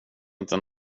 inte